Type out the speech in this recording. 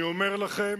אני אומר לכם,